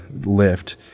lift